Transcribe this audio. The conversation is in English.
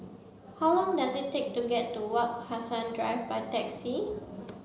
how long does it take to get to Wak Hassan Drive by taxi